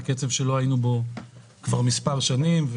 זה קצב שלא היינו בו כבר מספר שנים,